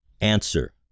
Answer